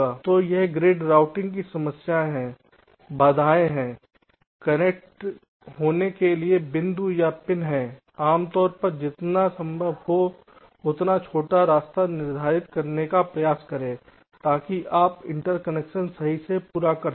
तो यह grid routing की समस्या है बाधाएं हैं कनेक्ट होने के लिए बिंदु या पिन हैं आमतौर पर जितना संभव हो उतना छोटा रास्ता निर्धारित करने का प्रयास करें ताकि आप इंटरकनेक्शन सही से पूरा कर सकें